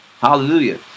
Hallelujah